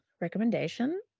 recommendation